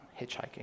hitchhiking